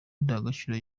indangagaciro